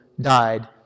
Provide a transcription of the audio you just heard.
died